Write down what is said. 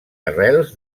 arrels